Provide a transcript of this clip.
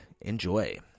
Enjoy